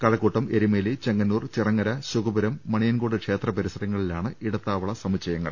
കഴക്കൂട്ടം എരുമേലി ചെങ്ങന്നൂർ ചിറങ്ങര ശുകപുരം മണിയൻകോട് ക്ഷേത്ര പരിസരങ്ങളിലാണ് ഇടത്താവള സമുച്ചയങ്ങൾ